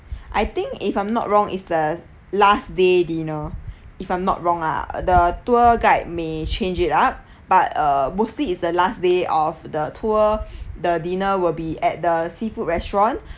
I think if I'm not wrong is the last day dinner if I'm not wrong lah the tour guide may change it up but uh mostly is the last day of the tour the dinner will be at the seafood restaurant